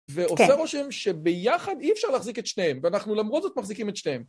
ועושה רושם שביחד אי אפשר להחזיק את שניהם, ואנחנו למרות זאת מחזיקים את שניהם.